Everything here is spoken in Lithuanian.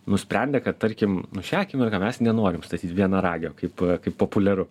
nusprendę kad tarkim nu šią akimirką mes nenorim statyt vienaragio kaip kaip populiaru